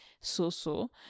so-so